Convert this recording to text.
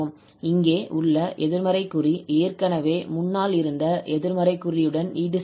இங்கே உள்ள எதிர்மறை குறி ஏற்கனவே முன்னால் இருந்த எதிர்மறை குறியுடன் ஈடுசெய்யப்படும்